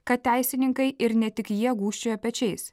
kad teisininkai ir ne tik jie gūžčioja pečiais